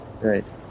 Right